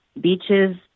Beaches